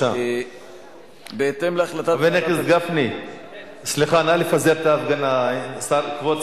התשע"א 2010, של חבר הכנסת דב חנין וקבוצת